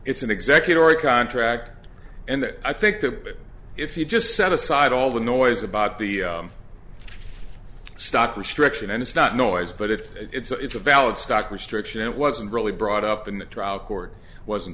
it's an executor or a contract and i think that if you just set aside all the noise about the stock restriction and it's not noise but it it's a valid stock restriction it wasn't really brought up in the trial court wasn't